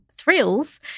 Thrills